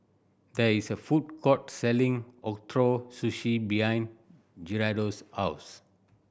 there is a food court selling Ootoro Sushi behind Gerardo's house